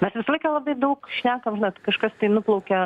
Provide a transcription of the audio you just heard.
mes visą laiką labai daug šnekam žinot kažkas tai nuplaukia